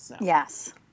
Yes